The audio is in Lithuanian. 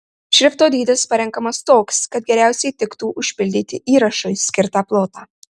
šrifto dydis parenkamas toks kad geriausiai tiktų užpildyti įrašui skirtą plotą